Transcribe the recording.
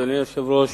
אדוני היושב-ראש,